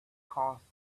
causes